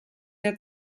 der